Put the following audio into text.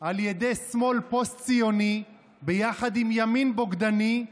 על ידי שמאל פוסט-ציוני, ביחד עם ימין בוגדני,